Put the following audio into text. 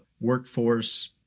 workforce